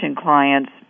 clients